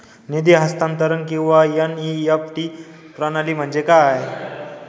निधी हस्तांतरण किंवा एन.ई.एफ.टी प्रणाली म्हणजे काय?